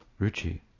ruchi